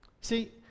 See